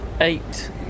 Eight